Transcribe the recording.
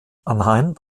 anhand